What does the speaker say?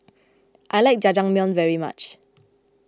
I like Jajangmyeon very much